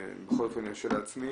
בכל אופן אני מרשה לעצמי,